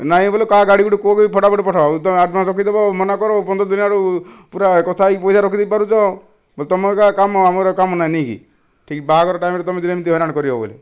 ନାହିଁ ବଲେ କାହା ଗାଡ଼ି ଗୋଟିଏ କୁହ ଫଟା ଫାଟ ପଠାଓ ଏପଟେ ଆଡ଼ଭାନ୍ସ ରଖିଦେବ ମନା କରିବ ପନ୍ଦର ଦିନ ଆଗରୁ ପୁରା କଥା ହୋଇକି ପଇସା ରଖିପାରୁଛ ବଲେ ତୁମର କାମ ଆମର ଆଉ କାମ ନାହିଁ ନେଇ କି ଠିକ ବାହାଘର ଟାଇମ୍ରେ ତୁମେ ଯେ ଏମିତି ହଇରାଣ କରିବ ବଲେ